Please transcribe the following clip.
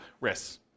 risks